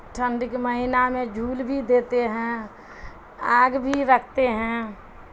ٹھنڈ کے مہینہ میں جھول بھی دیتے ہیں آگ بھی رکھتے ہیں